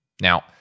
Now